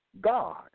God